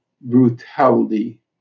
brutality